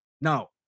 Now